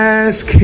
ask